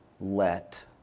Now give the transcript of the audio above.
Let